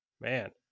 man